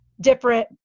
different